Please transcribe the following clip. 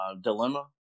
Dilemma